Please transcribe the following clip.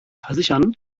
versichern